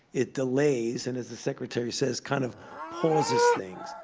it delays, and as the secretary says, kind of pauses things.